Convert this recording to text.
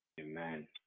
Amen